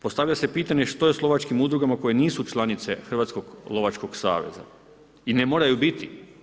Postavlja se pitanje što je s lovačkim udrugama, koje nisu članice Hrvatskog lovačkog saveza i ne moraju biti?